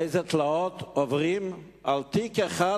אילו תלאות עוברים על תיק אחד,